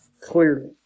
clearly